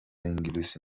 انگلیسی